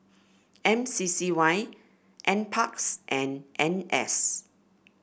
M C C Y N parks and N S